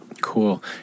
Cool